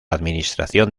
administración